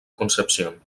concepción